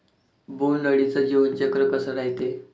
बोंड अळीचं जीवनचक्र कस रायते?